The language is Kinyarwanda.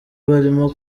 barimo